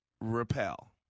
repel